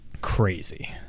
crazy